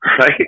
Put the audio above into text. Right